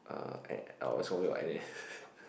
uh at I was probably out of N_S